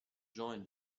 join